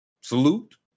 salute